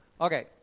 Okay